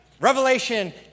Revelation